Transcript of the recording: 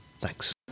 Thanks